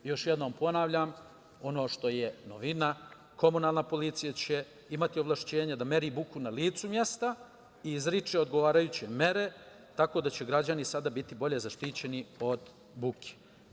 Još jednom ponavljam, ono što je novina, komunalna policija će imati ovlašćenje da meri buku na licu mesta i izriče odgovarajuće mere, tako da će građani sada biti bolje zaštićeni od buke.